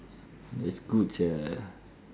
that's good sia